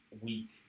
week